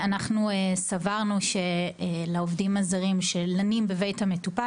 אנחנו סברנו שלעובדים הזרים שלנים בבית המטופל